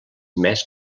més